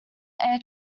air